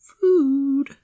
food